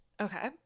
Okay